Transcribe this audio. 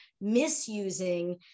misusing